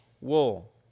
wool